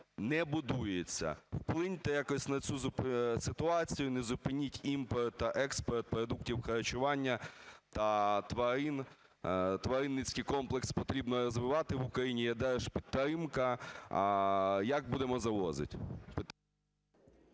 не будується. Вплиньте якось на цю ситуацію, не зупиніть імпорт та експорт продуктів харчування та тварин. Тваринницький комплекс потрібно розвивати в Україні, є держпідтримка. Як будемо завозити?